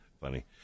Funny